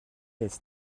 est